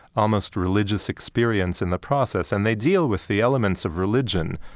almost religious experience in the process. and they deal with the elements of religion,